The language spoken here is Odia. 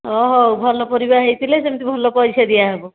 ହଁ ହଉ ଭଲ ପରିବା ହୋଇଥିଲେ ସେମିତି ଭଲ ପଇସା ଦିଆହେବ